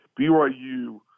BYU